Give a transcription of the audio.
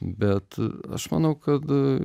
bet aš manau kad